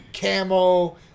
camo